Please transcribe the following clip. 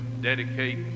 dedicate